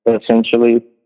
essentially